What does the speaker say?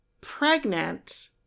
pregnant